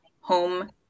home